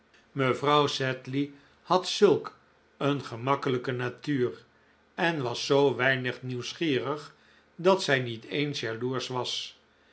mevrouw sedley had zulk een gemakkelijke natuur en was zoo weinig nieuwsgierig dat zij niet eens jaloersch was